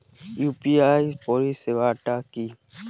UPI পরিসেবাটা কি?